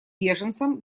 беженцам